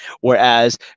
whereas